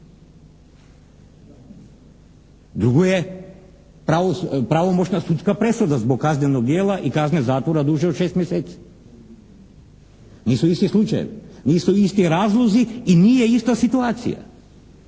Drugo je, pravomoćna sudska presuda zbog kaznenog djela i kazne zatvora duže od 6 mjeseci. Nisu isti slučajevi, nisu isti razlozi i nije ista situacija.